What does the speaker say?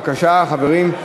בבקשה, חברים.